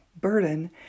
burden